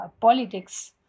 politics